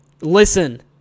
Listen